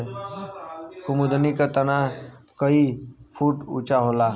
कुमुदनी क तना कई फुट ऊँचा होला